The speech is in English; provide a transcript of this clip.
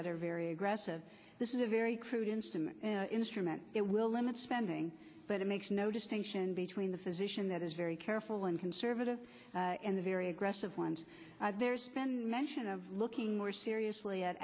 that are very aggressive this is a very crude instrument instrument it will limit spending but it makes no distinction between the physician that is very careful and conservative and the very aggressive ones there's been mention of looking more seriously at